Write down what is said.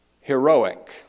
heroic